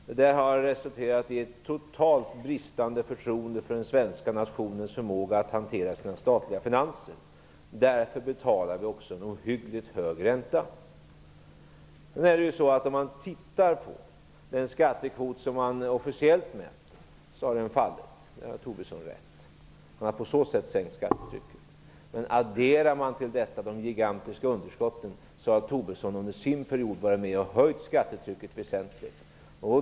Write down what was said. Det har resulterat i ett totalt bristande förtroende för den svenska nationens förmåga att hantera sina statliga finanser. Därför betalar vi också en ohyggligt hög ränta. Om vi tittar på den skattekvot som man officiellt mäter, ser vi att den har fallit. Där har Tobisson rätt. Man har på så sätt sänkt skattetrycket. Men adderar man till detta de gigantiska underskotten har Tobisson under sin period varit med om att höja skattetrycket väsentligt.